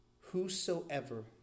Whosoever